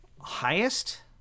highest